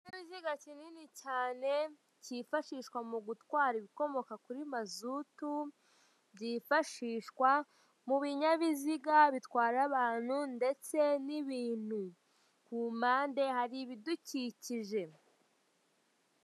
Ikinyabiziga kinini cyane cyifashishwa mu gutwara ibikomoka kuri mazutu, byifashishwa mu binyabiziga bitwara abantu ndetse n'ibintu, ku mpande hari ibidukikije.